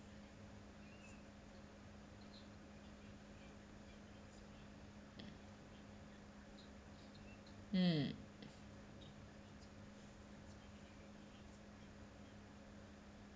mm